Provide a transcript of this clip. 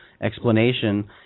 explanation